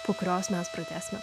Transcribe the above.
po kurios mes pratęsime